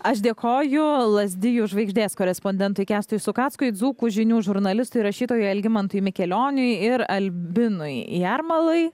aš dėkoju lazdijų žvaigždės korespondentui kęstui sukackui dzūkų žinių žurnalistui rašytojui algimantui mikelioniui ir albinui jarmalai